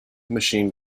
machine